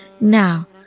Now